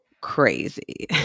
crazy